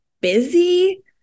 busy